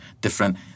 different